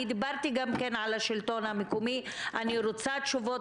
אני דיברתי גם על השלטון המקומי אני רוצה תשובות